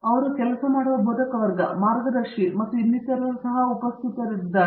ಅವರು ಕೆಲಸ ಮಾಡುವ ಬೋಧಕವರ್ಗ ಅವರ ಮಾರ್ಗದರ್ಶಿ ಮತ್ತು ಇನ್ನಿತರರು ಸಹ ಉಪಸ್ಥಿತರಿದ್ದರು